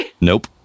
Nope